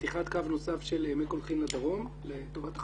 מתיחת קו נוסף של מי קולחין לדרום לטובת החקלאות,